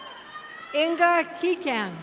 inga keekent.